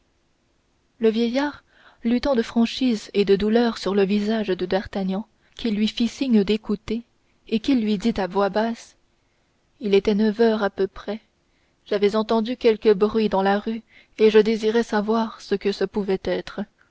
le vieillard lut tant de franchise et de douleur sur le visage de d'artagnan qu'il lui fit signe d'écouter et qu'il lui dit à voix basse il était neuf heures à peu près j'avais entendu quelque bruit dans la rue et je désirais savoir ce que ce pouvait être